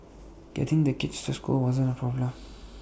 getting the kids to school wasn't A problem